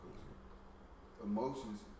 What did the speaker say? emotions